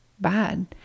bad